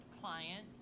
clients